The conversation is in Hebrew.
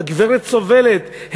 הגברת סובלת,